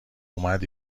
اومد